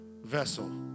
vessel